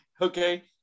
okay